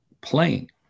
playing